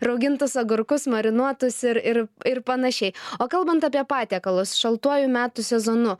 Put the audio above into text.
raugintus agurkus marinuotus ir ir ir panašiai o kalbant apie patiekalus šaltuoju metų sezonu